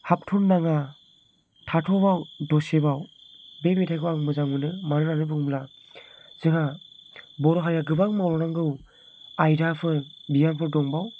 हाबथ'नो नाङा थाथ'बाव दसेबाव बे मेथायखौ आं मोजां मोनो मानो होननानै बुङोब्ला जोंहा बर' हारिया गोबां मावलांनांगौ आयदाफोर बियाबफोर दंबावो